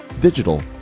digital